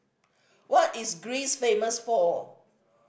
what is Greece famous for